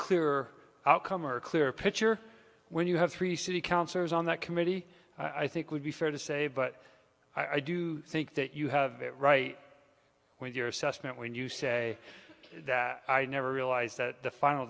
clearer outcome or a clearer picture when you have three city councillors on that committee i think would be fair to say but i do think that you have it right with your assessment when you say that i never realised that the final